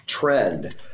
trend